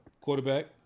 Quarterback